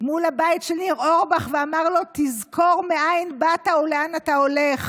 מול הבית של ניר אורבך ואמר לו: תזכור מאין באת ולאן אתה הולך,